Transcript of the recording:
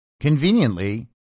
conveniently